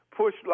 push